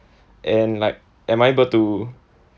and like am I able to